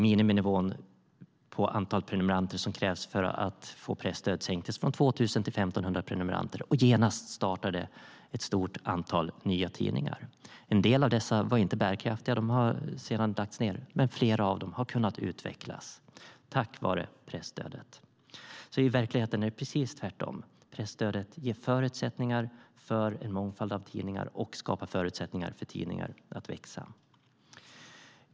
Miniminivån på antal prenumeranter som krävs för att få presstöd sänktes från 2 000 till 1 500 prenumeranter, och genast startade ett stort antal nya tidningar. En del av dessa var inte bärkraftiga. De har sedan lagts ned. Men flera av dem har kunnat utvecklas tack vare presstödet. I verkligheten är det precis tvärtom. Presstödet ger förutsättningar för en mångfald av tidningar och skapar förutsättningar för tidningar att växa.